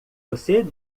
você